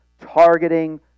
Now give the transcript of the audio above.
targeting